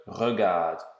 REGARDE